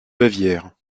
bavière